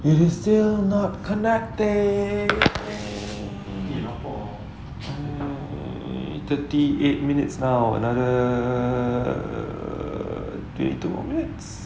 it is still not connected for thirty eight minutes now another err twenty two more minutes